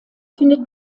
findet